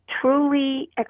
truly